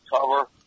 cover